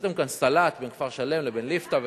עשיתם כאן סלט בין כפר-שלם לבין ליפתא,